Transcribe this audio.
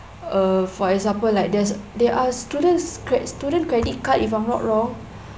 err for example like there's there are students cre~ student credit card if I'm not wrong